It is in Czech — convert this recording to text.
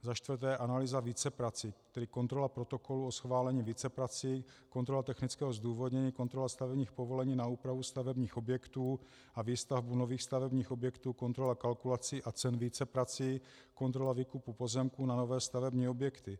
Za čtvrté analýza víceprací, tedy kontrola protokolů o schválení víceprací, kontrola technického zdůvodnění, kontrola stavebních povolení na úpravu stavebních objektů a výstavbu nových stavebních objektů, kontrola kalkulací a cen víceprací, kontrola výkupů pozemků na nové stavební objekty.